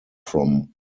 from